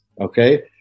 okay